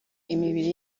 imibiri